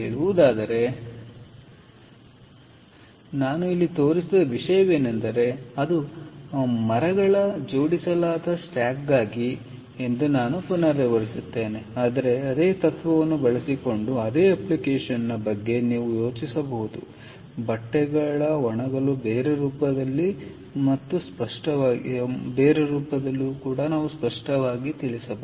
ಆದ್ದರಿಂದ ನಾನು ಇಲ್ಲಿ ತೋರಿಸಿದ ವಿಷಯವೆಂದರೆ ಅದು ಮರಗಳ ಜೋಡಿಸಲಾದ ಸ್ಟ್ಯಾಕ್ಗಾಗಿ ಎಂದು ನಾನು ಪುನರಾವರ್ತಿಸುತ್ತೇನೆ ಆದರೆ ಅದೇ ತತ್ವವನ್ನು ಬಳಸಿಕೊಂಡು ಅದೇ ಅಪ್ಲಿಕೇಶನ್ನ ಬಗ್ಗೆ ನೀವು ಯೋಚಿಸಬಹುದು ಬಟ್ಟೆಗಳ ಒಣಗಲು ಬೇರೆ ರೂಪದಲ್ಲಿ ಸಹಾಯ ಮಾಡುತ್ತದೆ